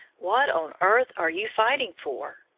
what on earth are you fighting for?